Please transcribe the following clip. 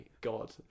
God